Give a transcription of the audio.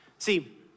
See